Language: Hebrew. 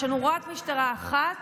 יש לנו רק משטרה אחת,